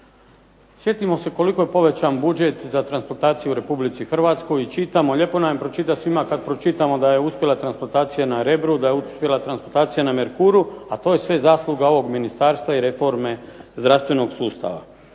Sjetimo se koliko je povećan budžet za transplantaciju u Hrvatskoj i čitamo, lijepo nam je pročitati svima kada pročitamo da je uspjela transplantacija na Rebru, da je uspjela transplantacija na Merkuru a to je sve zasluga ovog ministarstva i reforme zdravstvenog sustava.